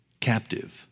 captive